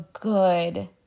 good